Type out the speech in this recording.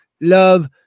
love